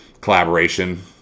collaboration